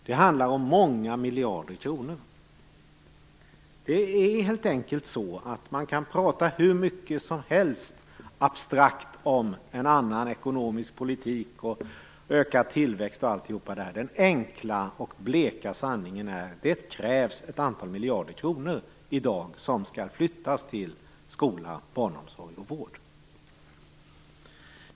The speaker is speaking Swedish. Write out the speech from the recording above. Det handlar om många miljarder kronor. Man kan prata hur mycket som helst abstrakt om en annan ekonomisk politik och ökad tillväxt, men den enkla och bleka sanningen är att det krävs ett antal miljarder kronor i dag som skall flyttas till skola, barnomsorg och vård.